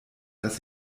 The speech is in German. dass